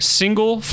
single